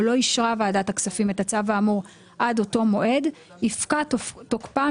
או לא אישרה ועדת הכספים את הצו האמור עד אותו מועד יפקע תוקפם